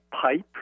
pipe